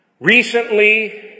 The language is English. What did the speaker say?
Recently